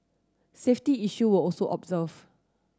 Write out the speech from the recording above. safety issue were also observe